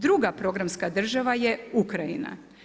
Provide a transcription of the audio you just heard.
Druga programska država je Ukrajina.